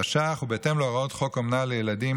התש"ך 1960,